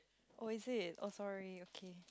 oh is it oh sorry okay